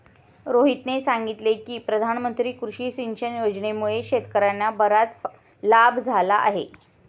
रोहितने सांगितले की प्रधानमंत्री कृषी सिंचन योजनेमुळे शेतकर्यांना बराच लाभ झाला आहे